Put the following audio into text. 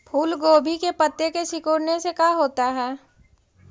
फूल गोभी के पत्ते के सिकुड़ने से का होता है?